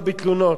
אני רק אומר,